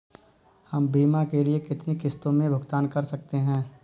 हम बीमा के लिए कितनी किश्तों में भुगतान कर सकते हैं?